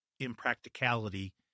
impracticality